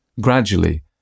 Gradually